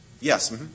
yes